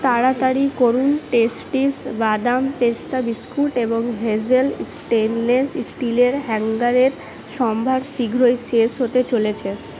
তাড়াতাড়ি করুন টেস্টিস বাদাম পেস্তা বিস্কুট এবং হেজেল স্টেনলেস ইস্টিলের হ্যাঙ্গারের সম্ভার শীঘ্রই শেষ হতে চলেছে